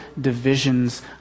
divisions